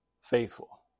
faithful